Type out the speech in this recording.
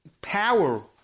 power